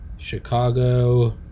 chicago